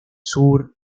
sur